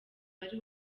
wari